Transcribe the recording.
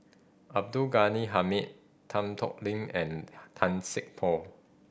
Abdul Ghani Hamid Tan Tho Lin and Tan Poh